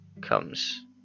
comes